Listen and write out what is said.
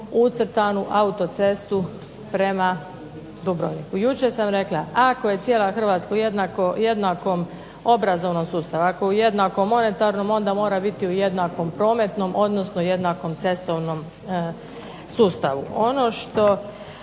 ucrtanu autocestu prema Dubrovniku. Jučer sam rekla ako je cijela Hrvatska u jednakom obrazovnom sustavu, ako je u jednakom monetarnom, onda mora biti u jednakom prometnom, odnosno jednakom cestovnom sustavu. Ono što